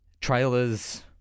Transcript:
Trailers